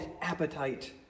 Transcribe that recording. appetite